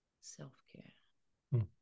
self-care